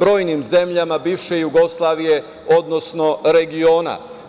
brojnim zemljama bivše Jugoslavije, odnosno regiona.